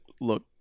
look